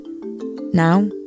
Now